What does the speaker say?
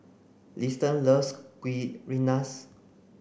Liston loves Kuih Rengas